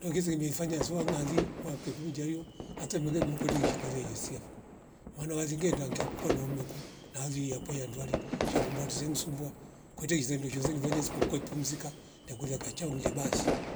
Ndokizi mifanya suwangali mwaka elfungi njayo hata mwele kumvokodni insha kweli yuwesisavo manawali nge ndange kuwa na umeku nali yapo yandwali sharundwali zeng sumbua kwete izengu shundo ze ngefanya ispokuwa ipumsika nekiwila kachao ungle basi